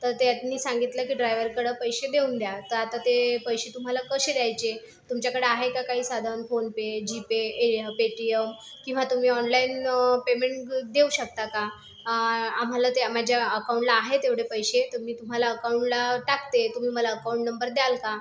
तर त्यांनी सांगितलं की ड्रायव्हरकडं पैसे देऊन द्या तर आता ते पैसे तुम्हाला कसे द्यायचे तुमच्याकडे काय आहे का काही साधन फोनपे जीपे पेटीयम किंवा तुम्ही ऑनलाईन पेमेंट देऊ शकता का आ आम्हाला ते माझ्या अकाउंटला आहे तेवढे पैसे तर मी तुम्हाला अकाउंटला टाकते तुम्ही मला अकाउंट नंबर द्याल का